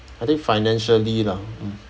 I think financially lah mm